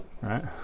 right